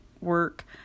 work